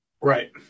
Right